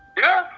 yeah.